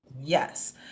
Yes